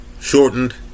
shortened